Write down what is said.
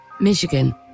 Michigan